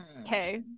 okay